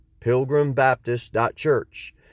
pilgrimbaptist.church